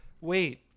wait